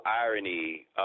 irony